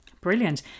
Brilliant